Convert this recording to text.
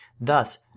Thus